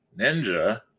Ninja